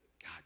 God